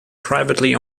privately